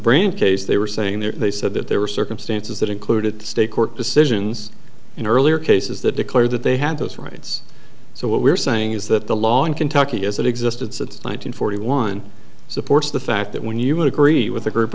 brain case they were saying that they said that there were circumstances that included state court decisions in earlier cases that declared that they had those rights so what we're saying is that the law in kentucky as it existed since one thousand forty one supports the fact that when you agree with a group